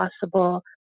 possible